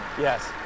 Yes